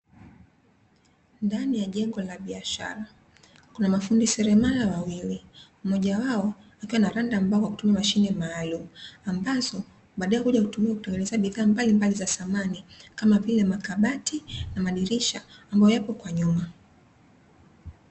Ndani ya jango la biashara kuna mafundi seremala wawili ambapo mmoja wao anaranda mbao kwa kutumia mashine maalumu, ambapo badae hutumika kutengenezea dhamani kama vile makabati na madirisha ambayo yapo kwa nyuma.